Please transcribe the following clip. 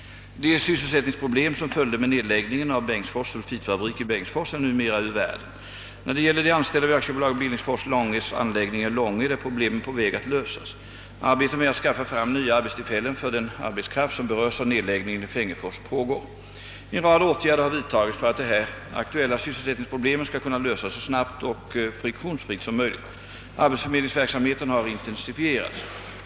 De sysselsättningsproblem som följde med nedläggningen av Bengtsfors sulfitfabrik i Bengtsfors är numera ur världen. När det gäller de anställda vid AB Billingsfors-Långeds anläggningar i Långed är problemen på väg att lösas. Arbetet med att skaffa fram nya arbetstillfällen för den arbetskraft som berörs av nedläggningen i Fengersfors pågår. En rad åtgärder har vidtagits för att de här aktuella sysselsättningsproblemen skall kunna lösas så snabbt och friktionsfritt som möjligt. Arbetsförmedlingsverksamheten har intensifierats.